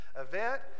event